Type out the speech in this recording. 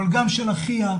אבל גם של אחיה,